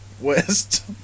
west